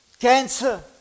Cancer